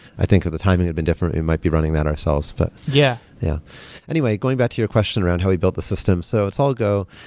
i think if the timing had been different, we might be running that ourselves but yeah yeah anyway, going back to your question around how we built the system. so it's all go.